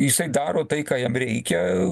jisai daro tai ką jam reikia